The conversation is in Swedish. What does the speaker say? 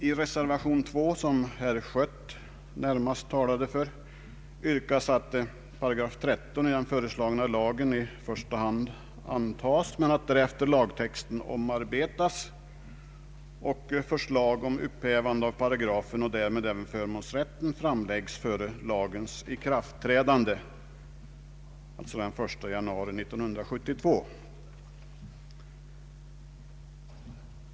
I reservation 2, som herr Schött närmast talade för, yrkas att 13 § i den föreslagna lagen i första hand antas men att därefter lagtexten omarbetas samt förslag om upphävande av paragrafen och därmed även förmånsrätten framläggs före lagens ikraftträdande den 1 januari 1972.